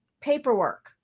paperwork